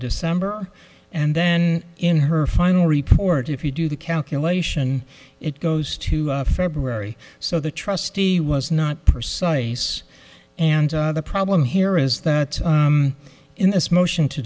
december and then in her final report if you do the calculation it goes to february so the trustee was not persuasive and the problem here is that in this motion to